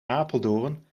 apeldoorn